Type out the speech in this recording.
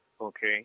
Okay